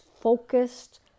focused